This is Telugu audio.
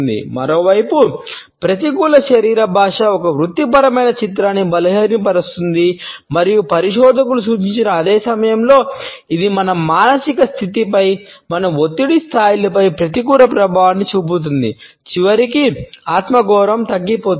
మరోవైపు ప్రతికూల శరీర భాష ఒక వృత్తిపరమైన చిత్రాన్ని బలహీనపరుస్తుంది మరియు పరిశోధకులు సూచించిన అదే సమయంలో ఇది మన మానసిక స్థితిపై మన ఒత్తిడి స్థాయిలపై ప్రతికూల ప్రభావాన్ని చూపుతుంది చివరికి ఆత్మగౌరవం తగ్గిపోతుంది